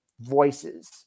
voices